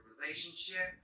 relationship